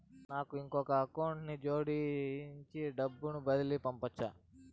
నాకు ఇంకొక అకౌంట్ ని జోడించి డబ్బును బదిలీ పంపొచ్చా?